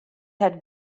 had